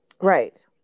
Right